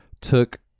took